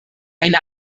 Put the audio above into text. eine